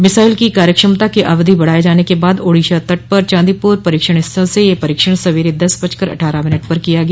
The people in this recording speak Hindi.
मिसाइल की कार्यक्षमता की अवधि बढ़ाये जाने के बाद ओडिशा तट पर चांदीपुर परीक्षण स्थल से यह परीक्षण सवेरे दस बजकर अठारह मिनट पर किया गया